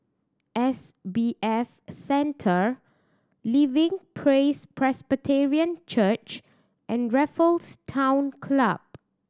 S B F Center Living Praise Presbyterian Church and Raffles Town Club